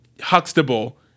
Huxtable